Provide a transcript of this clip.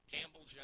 Campbell